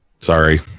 Sorry